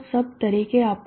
sub તરીકે આપો